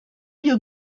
you